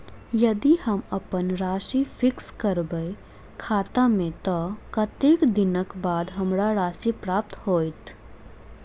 यदि हम अप्पन राशि फिक्स करबै खाता मे तऽ कत्तेक दिनक बाद हमरा राशि प्राप्त होइत?